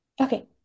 Okay